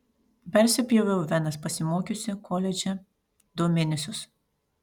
persipjoviau venas pasimokiusi koledže du mėnesius